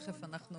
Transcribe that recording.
תיכף אנחנו